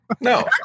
no